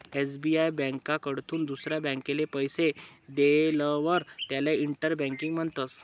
SBI ब्यांककडथून दुसरा ब्यांकले पैसा देयेलवर त्याले इंटर बँकिंग म्हणतस